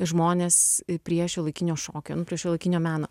žmones prie šiuolaikinio šokio prie šiuolaikinio meno